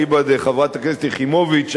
אליבא דחברת הכנסת יחימוביץ,